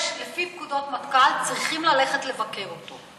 לפי פקודות מטכ"ל צריכים ללכת לבקר אותו.